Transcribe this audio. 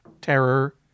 terror